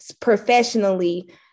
professionally